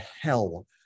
hell